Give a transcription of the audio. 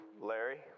Larry